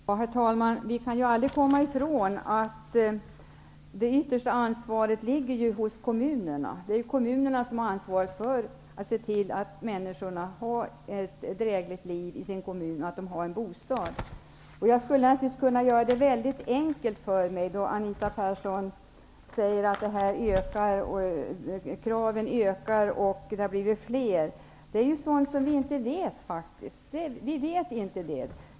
Herr talman! Vi kan aldrig komma ifrån att det yttersta ansvaret ligger hos kommunerna. Det är kommunerna som har ansvaret för att se till att människorna har ett drägligt liv och att de har en bostad. Anita Persson säger att kraven ökar och att det har blivit fler problem. Det är faktiskt sådant som vi inte vet.